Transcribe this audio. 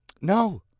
No